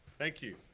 thank you.